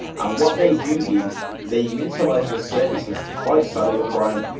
and what they do is they utilize the services to fight cyber crime,